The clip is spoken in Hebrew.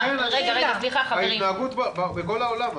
ההתנהגות בכל העולם.